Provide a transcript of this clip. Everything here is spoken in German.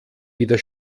wieder